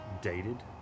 dated